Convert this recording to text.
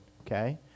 okay